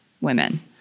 women